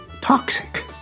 toxic